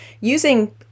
using